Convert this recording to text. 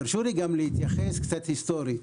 תרשו לי גם להתייחס קצת היסטורית